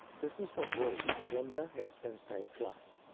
this is for gold gender expense type class,